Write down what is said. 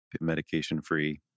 medication-free